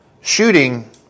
shooting